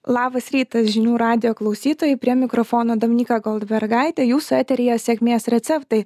labas rytas žinių radijo klausytojai prie mikrofono dominyka goldbergaitė jūsų eteryje sėkmės receptai